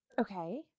Okay